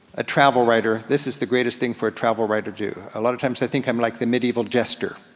a travel writer, this is the greatest thing for a travel writer to do. a lot of times i think i'm like the medieval jester.